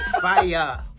Fire